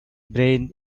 brain